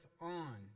on